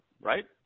right